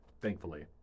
thankfully